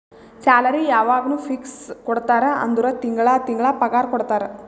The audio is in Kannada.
ಸ್ಯಾಲರಿ ಯವಾಗ್ನೂ ಫಿಕ್ಸ್ ಕೊಡ್ತಾರ ಅಂದುರ್ ತಿಂಗಳಾ ತಿಂಗಳಾ ಪಗಾರ ಕೊಡ್ತಾರ